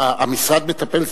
המשרד מטפל?